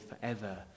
forever